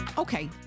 Okay